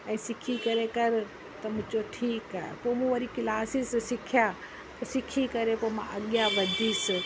ऐं सिखी करे कर त मूं चयो ठीकु आहे पोइ मूं वरी क्लासिस सिखिया पोइ सिखी करे पोइ मां अॻियां वधियसि